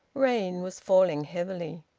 rain was falling heavily.